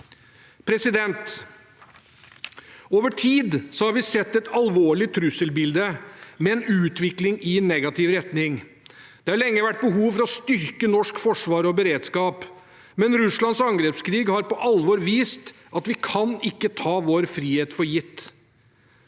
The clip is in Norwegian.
siden 2014. Over tid har vi sett et alvorlig trusselbilde med en utvikling i negativ retning. Det har lenge vært behov for å styrke norsk forsvar og beredskap, men Russlands angrepskrig har på alvor vist at vi ikke kan ta vår frihet for gitt.